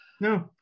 No